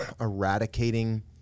eradicating